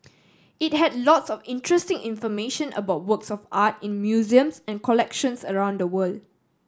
it had lots of interesting information about works of art in museums and collections around the world